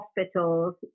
hospitals